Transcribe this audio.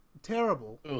Terrible